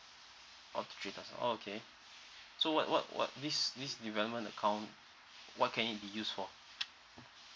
all to three thousand okay so what what what this this development account what can it be used for